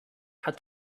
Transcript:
hat